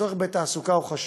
הצורך בתעסוקה הוא חשוב.